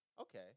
Okay